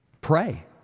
Pray